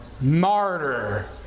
Martyr